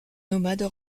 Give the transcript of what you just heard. nomades